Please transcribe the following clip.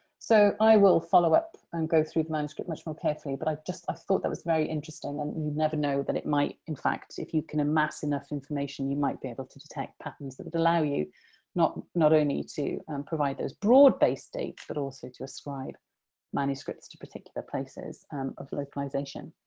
so, i will follow up and go through the manuscript much more carefully, but i thought that was very interesting. and you never know that it might, in fact, if you can amass enough information, you might be able to detect patterns that would allow you not not only to provide those broad-based dates, but also to ascribe manuscripts to particular places of localization.